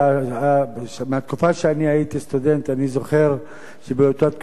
מהתקופה שהייתי סטודנט אני זוכר שבאותה תקופה